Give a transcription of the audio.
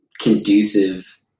conducive